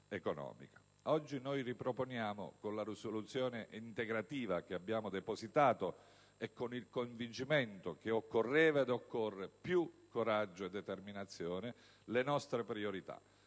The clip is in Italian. Oggi noi riproponiamo, con la risoluzione integrativa che abbiamo depositato e con il convincimento che occorreva ed occorre più coraggio e determinazione, le nostre priorità,